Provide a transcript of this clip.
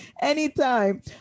Anytime